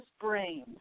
brain